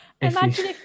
Imagine